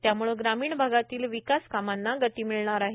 त्यामुळे ग्रामीण भागातील विकास कामांना गती मिळणार आहे